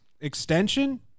extension